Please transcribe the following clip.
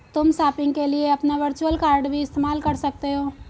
तुम शॉपिंग के लिए अपने वर्चुअल कॉर्ड भी इस्तेमाल कर सकते हो